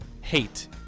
hate